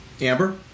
Amber